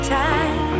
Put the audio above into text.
time